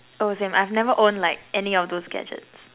oh same I've never owned like any of those gadgets